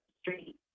street